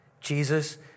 Jesus